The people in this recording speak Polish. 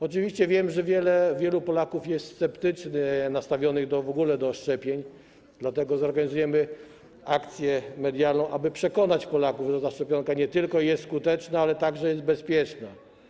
Oczywiście wiem, że wielu Polaków jest sceptycznie nastawionych do szczepień w ogóle, dlatego zorganizujemy akcję medialną, aby przekonać Polaków, że ta szczepionka nie tylko jest skuteczna, ale także jest bezpieczna.